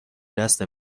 دست